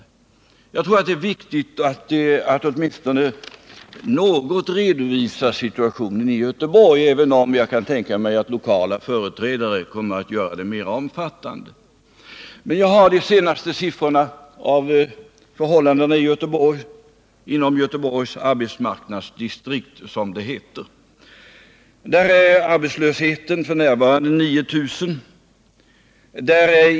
Jag tror att det är viktigt att åtminstone något redovisa situationen i Göteborg, även om jag kan tänka mig att lokala företrädare kommer att göra det mer omfattande. Jag har siffror för augusti i år om förhållandena inom Göteborgs arbetsmarknadsdistrikt, som det heter. Där redovisas f. n. en arbetslöshet på 9 000 personer.